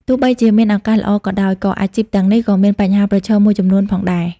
ទោះបីជាមានឱកាសល្អក៏ដោយ ក៏អាជីពទាំងនេះក៏មានបញ្ហាប្រឈមមួយចំនួនផងដែរ។